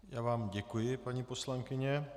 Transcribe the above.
Já vám děkuji, paní poslankyně.